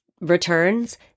returns